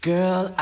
Girl